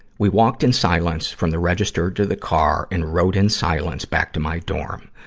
we walked in silence from the register to the car, and rode in silence back to my dorm.